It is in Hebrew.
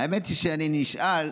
האמת היא שאני נשאל,